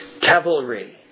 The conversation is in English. cavalry